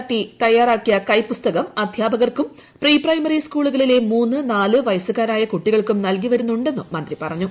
T തയ്യാറാക്കിയ കൈപുസ്തകം അധ്യാപകർക്കും പ്രീ പ്രൈമറി സ്കൂളുകളിലെ മൂന്ന് നാല് വയസ്സുകാരായ കുട്ടികൾക്കും നൽകിവരുന്നുണ്ടെന്നും മന്ത്രി പറഞ്ഞു